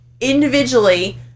individually